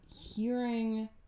hearing